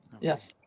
Yes